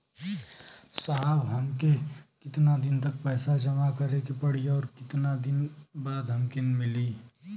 साहब हमके कितना दिन तक पैसा जमा करे के पड़ी और कितना दिन बाद हमके मिली?